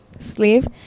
sleeve